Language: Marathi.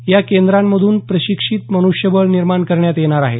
या केंद्रांमधून प्रशिक्षित मन्ष्यबळ निर्माण करण्यात येणार आहे